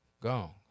Gone